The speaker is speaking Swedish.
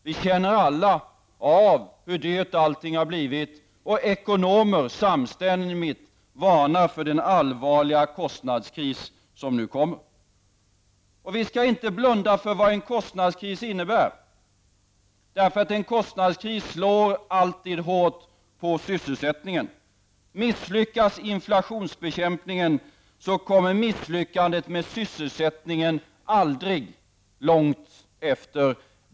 Vi känner alla av hur dyrt allting har blivit, och ekonomer varnar samstämmigt för den allvarliga kostnadskris som nu kommer. Vi skall inte blunda för vad en kostnadskris innebär. En sådan slår alltid hårt mot sysselsättningen. Misslyckas inflationsbekämpningen kommer misslyckandet med sysselsättningen aldrig långt efter.